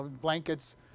blankets